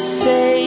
say